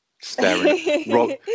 staring